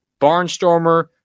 Barnstormer